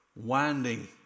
winding